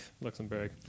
Luxembourg